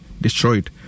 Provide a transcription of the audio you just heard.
destroyed